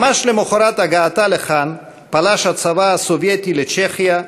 ממש למחרת הגעתה לכאן פלש הצבא הסובייטי לצ'כיה,